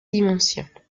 dimensions